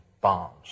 bombs